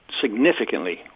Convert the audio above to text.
significantly